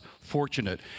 fortunate